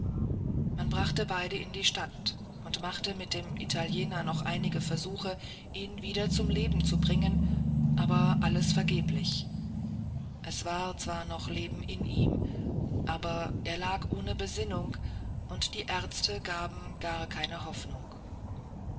man brachte beide in die stadt und machte mit dem italiener noch einige versuche ihn wieder zum leben zu bringen aber alles vergeblich es war zwar noch leben in ihm aber er lag ohne besinnung und die ärzte gaben gar keine hoffnung